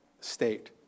state